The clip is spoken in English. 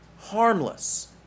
harmless